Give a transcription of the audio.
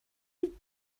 you